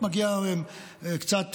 מגיע קצת